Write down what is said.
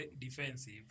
defensive